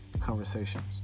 conversations